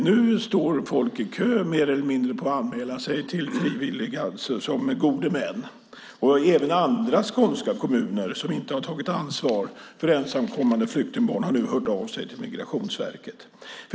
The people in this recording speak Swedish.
Nu står folk i kö, mer eller mindre, för att anmäla sig som gode män. Och även andra skånska kommuner som inte har tagit ansvar för ensamkommande flyktingbarn har nu hört av sig till Migrationsverket.